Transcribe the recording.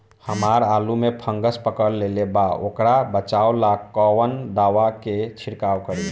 हमरा आलू में फंगस पकड़ लेले बा वोकरा बचाव ला कवन दावा के छिरकाव करी?